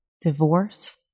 Divorce